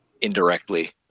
indirectly